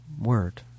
word